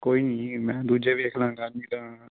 ਕੋਈ ਨਹੀਂ ਜੀ ਮੈਂ ਦੂਜੇ ਵੇਖ ਲਵਾਂਗਾ ਨਹੀਂ ਤਾਂ